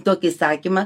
tokį sakymą